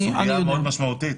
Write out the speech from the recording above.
זו סוגיה מאוד משמעותית.